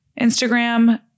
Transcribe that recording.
instagram